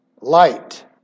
light